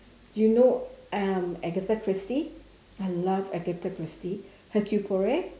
you know um agatha christie I love agatha christie hercule poirot